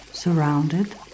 Surrounded